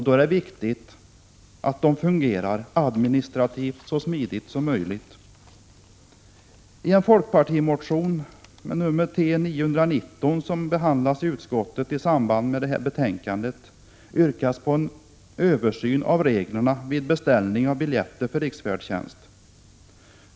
Då är det viktigt att den administrativt fungerar så smidigt som möjligt. I en folkpartimotion, T919, som utskottet behandlat i detta betänkande, yrkas på en översyn av reglerna vid beställning av biljetter för riksfärdtjänst.